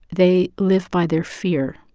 they live by their fear.